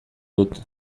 dut